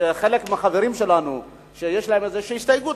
אם לחלק מהחברים שלנו יש איזו הסתייגות,